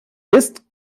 ist